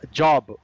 job